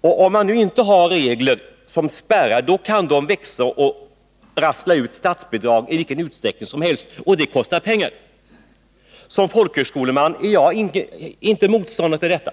Om man inte har regler som spärrar, kan skolor växa och ta ut statsbidrag i vilken utsträckning som helst, och det kostar pengar. Som folkhögskoleman är jag inte motståndare till detta.